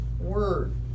word